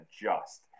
adjust